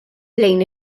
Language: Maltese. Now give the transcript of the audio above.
lejn